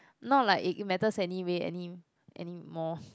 not like it it matters anyway any anymore